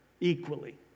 equally